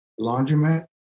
laundromat